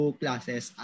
classes